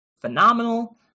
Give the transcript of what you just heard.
phenomenal